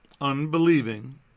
unbelieving